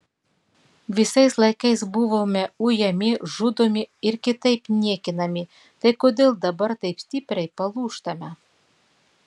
visais laikais buvome ujami žudomi ir kitaip niekinami tai kodėl dabar taip stipriai palūžtame